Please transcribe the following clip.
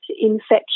infection